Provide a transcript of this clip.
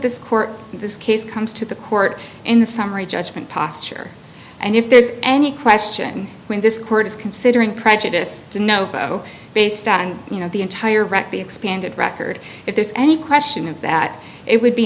in this case comes to the court in the summary judgment posture and if there's any question when this court is considering prejudice to know based on you know the entire correctly expanded record if there's any question of that it would be